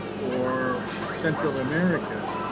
or central america,